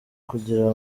kugira